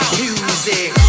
music